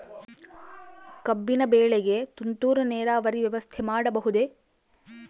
ಕಬ್ಬಿನ ಬೆಳೆಗೆ ತುಂತುರು ನೇರಾವರಿ ವ್ಯವಸ್ಥೆ ಮಾಡಬಹುದೇ?